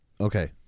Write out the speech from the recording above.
Okay